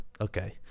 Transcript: Okay